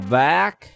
back